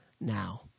now